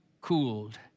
cooled